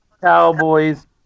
Cowboys